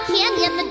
Canyon